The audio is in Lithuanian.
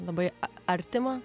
labai artima